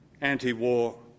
anti-war